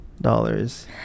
dollars